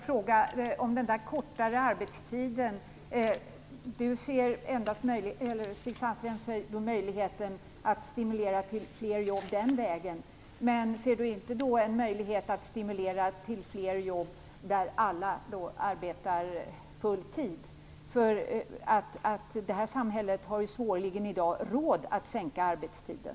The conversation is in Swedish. Fru talman! Jag vill fortsätta att fråga om den kortare arbetstiden. Stig Sandström ser möjligheten att stimulera till fler jobb den vägen. Men ser inte Stig Sandström en möjlighet att stimulera till fler jobb där alla arbetar full tid? Det här samhället har i dag svårligen råd att sänka arbetstiden.